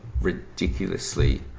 ridiculously